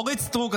אורית סטרוק,